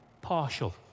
partial